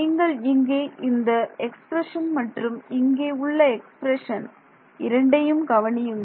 நீங்கள் இங்கே இந்த எக்ஸ்பிரஷன் மற்றும் இங்கே உள்ள எக்ஸ்பிரஷன் இரண்டையும் கவனியுங்கள்